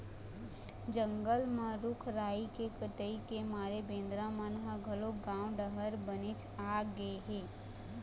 जंगल म रूख राई के कटई के मारे बेंदरा मन ह घलोक गाँव डहर बनेच आगे हे